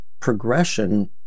progression